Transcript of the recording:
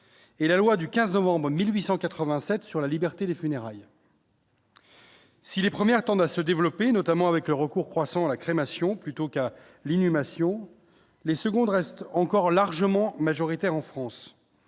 et la loi du 15 novembre 1887 sur la liberté des funérailles. Si les premières tendent à se développer, notamment avec le recours croissant à la crémation plutôt qu'à l'inhumation, les secondes reste encore largement majoritaire en France,